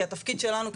כי התפקיד שלנו,